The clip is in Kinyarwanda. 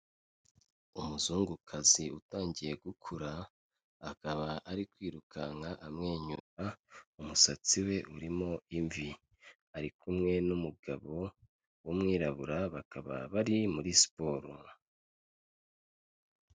Umuzungukazi utangiye gukura, akaba ari kwirukanka amwenyura, umusatsi we urimo imvi, ari kumwe n'umugabo w'umwirabura bakaba bari muri siporo.